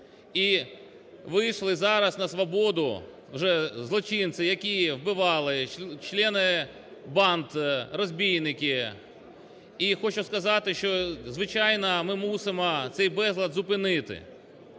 І вийшли зараз на свободу вже злочинці, які вбивали, члени банд, розбійники. І хочу сказати, що, звичайно, ми мусимо цей безлад зупинити.